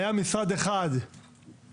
היה משרד אחד שהתנגד.